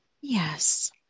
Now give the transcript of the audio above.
Yes